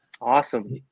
awesome